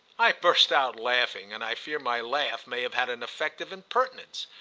i burst out laughing, and i fear my laugh may have had an effect of impertinence.